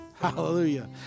Hallelujah